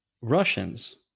Russians